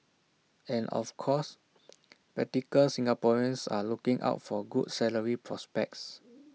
and of course practical Singaporeans are looking out for good salary prospects